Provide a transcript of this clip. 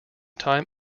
time